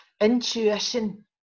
intuition